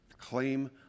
claim